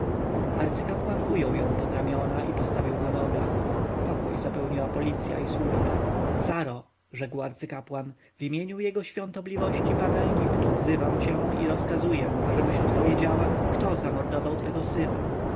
arcykapłan ujął ją pod ramiona i postawił na nogach pokój zapełniła policja i służba saro rzekł arcykapłan w imieniu jego świątobliwości pana egiptu wzywam cię i rozkazuję ażebyś odpowiedziała kto zamordował twego syna